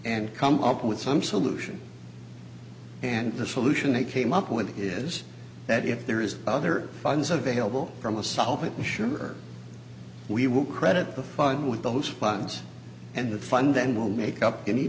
and come up with some solution and the solution they came up with is that if there is other funds available from a solvent sure we will credit the fund with those funds and the fund then will make up any